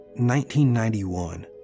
1991